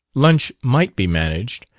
lunch might be managed,